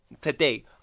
Today